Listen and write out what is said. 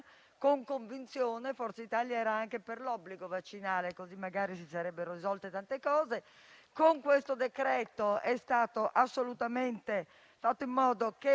con convinzione. Forza Italia era anche per l'obbligo vaccinale, così magari si sarebbero risolte tante cose. Con il provvedimento è stato assolutamente fatto in modo che